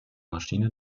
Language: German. maschine